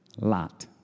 Lot